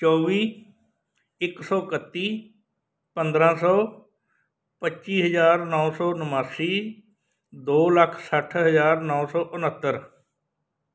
ਚੌਵੀ ਇੱਕ ਸੌ ਇਕੱਤੀ ਪੰਦਰ੍ਹਾਂ ਸੌ ਪੱਚੀ ਹਜ਼ਾਰ ਨੌੌ ਸੌ ਉਨਾਸੀ ਦੋ ਲੱਖ ਸੱਠ ਹਜ਼ਾਰ ਨੌ ਸੌ ਉਣਹੱਤਰ